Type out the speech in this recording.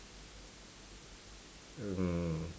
mm